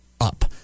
up